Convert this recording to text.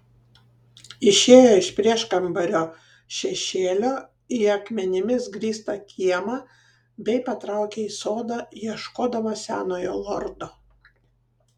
išėjo iš prieškambario šešėlio į akmenimis grįstą kiemą bei patraukė į sodą ieškodama senojo lordo